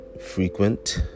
frequent